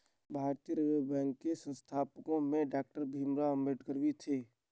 भारतीय reserve bank के संस्थापकों में डॉक्टर भीमराव अंबेडकर भी थे